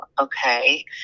Okay